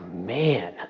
Man